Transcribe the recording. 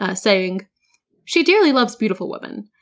ah saying she dearly loves beautiful women.